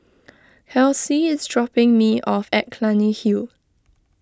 Kelsey is dropping me off at Clunny Hill